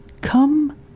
Come